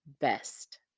best